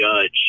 judge